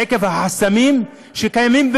עקב החסמים שקיימים,